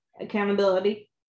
accountability